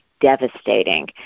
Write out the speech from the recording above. devastating